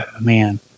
man